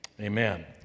amen